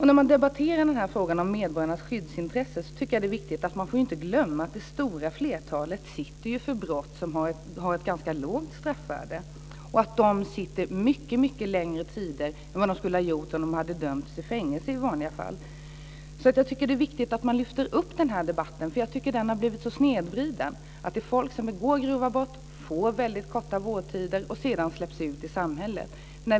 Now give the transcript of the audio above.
När man debatterar frågan om medborgarnas skyddsintresse tycker jag att det är viktigt att man inte glömmer att det stora flertalet sitter inne för brott som har ett ganska lågt straffvärde och att de sitter inne mycket längre tid än de skulle ha gjort om de hade dömts till fängelse. Det är viktigt att man lyfter upp den här debatten. Jag tycker att den har blivit så snedvriden. Det är folk som begår grova brott, som får korta vårdtider och som sedan släpps ut i samhället.